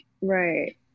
Right